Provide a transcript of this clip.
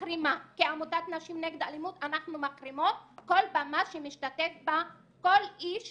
כעמותת נשים נגד אלימות אנחנו מחרימות כל במה שמשתתף בה כל איש